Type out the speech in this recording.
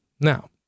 Now